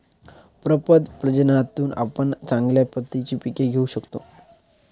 प्रपद प्रजननातून आपण चांगल्या प्रतीची पिके घेऊ शकतो